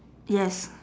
yes